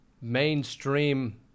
mainstream